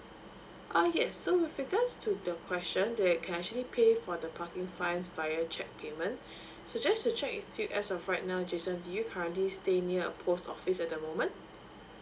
uh yes so with regards to the question that you can actually pay for the parking fines via cheque payment so just to check with you as of right now jason do you currently stay near a post office at the moment